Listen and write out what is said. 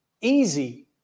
easy